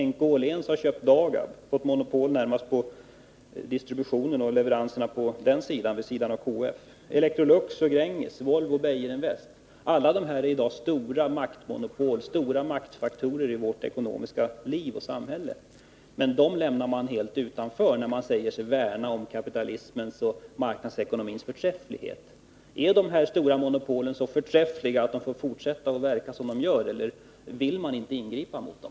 NK-Åhléns har köpt Dagab och fått i det närmaste monopol på distribution och leverans inom sitt område, vid sidan av KF. Electrolux och Gränges, Volvo och Beijerinvest — alla dessa är i dag maktmonopol, stora maktfaktorer i vårt ekonomiska liv och i samhället. Men dem lämnar man helt utanför när man säger sig värna om kapitalismen och marknadsekonomins förträfflighet. Är de stora monopolen så förträffliga att de bör få fortsätta att verka som de gör eller vill man inte ingripa mot dem?